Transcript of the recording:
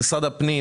משרד הפנים